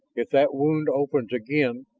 if that wound opens again,